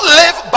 live